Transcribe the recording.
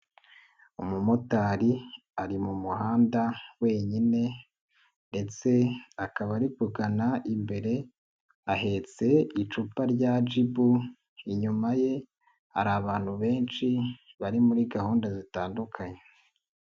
Umumotari ari mu muhanda wenyine ndetse akaba ari kugana imbere, ahetse icupa rya gibu, inyuma ye hari abantu benshi bari muri gahunda zitandukanye.